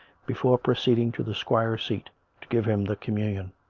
before proceeding to the squire's seat to give him the communion.